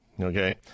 Okay